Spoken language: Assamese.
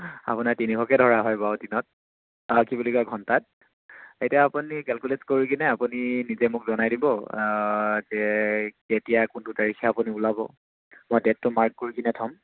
আপোনাৰ তিনিশকৈ ধৰা হয় বাৰু দিনত অঁ কি বুলি কয় ঘণ্টাত এতিয়া আপুনি কেলকুলেট কৰি কিনে আপুনি নিজে মোক জনাই দিব যে কেতিয়া কোনটো তাৰিখে আপুনি ওলাব মই ডে'টটো মাৰ্ক কৰি কিনে থ'ম